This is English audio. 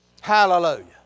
Hallelujah